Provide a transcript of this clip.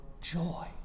joy